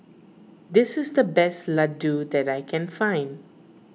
this is the best Ladoo that I can find